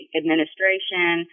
administration